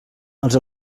els